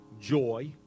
joy